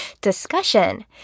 discussion